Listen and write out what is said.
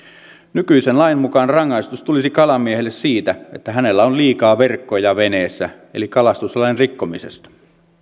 nykyisen lain mukaan rangaistus tulisi kalamiehelle siitä että hänellä on liikaa verkkoja veneessä eli kalastuslain rikkomisesta